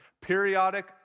periodic